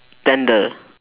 tender